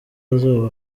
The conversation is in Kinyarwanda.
azoba